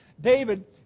David